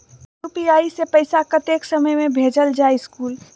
UPI से पैसा कतेक समय मे भेजल जा स्कूल?